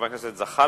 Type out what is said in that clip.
הסעיף הבא